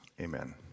Amen